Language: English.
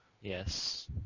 Yes